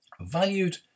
Valued